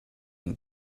and